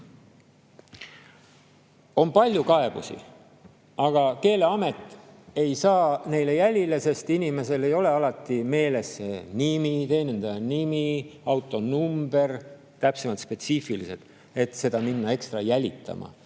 On palju kaebusi, aga Keeleamet ei saa neile jälile, sest inimesel ei ole alati meeles teenindaja nimi, autonumber, täpsemad spetsiifilised [andmed], et seda minna ekstra jälitama.